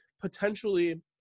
potentially